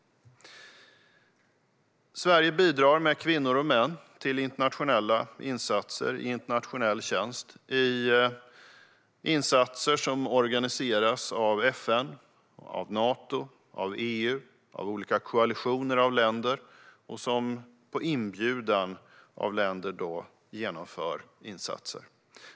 Sverige bidrar med kvinnor och män till internationella insatser i internationell tjänst som organiseras av FN, Nato, EU och olika koalitioner av länder. Insatserna genomförs på inbjudan av länder.